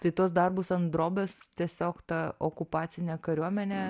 tai tuos darbus ant drobės tiesiog ta okupacinė kariuomenė